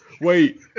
Wait